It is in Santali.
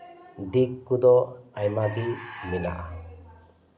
ᱫᱤᱠ ᱠᱚᱫᱚ ᱟᱭᱢᱟ ᱜᱮ ᱢᱮᱱᱟᱜᱼᱟ